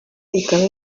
ikaba